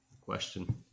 question